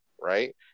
right